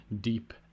deep